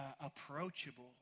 approachable